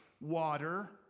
water